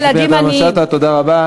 חברת הכנסת פנינה תמנו-שטה, תודה רבה.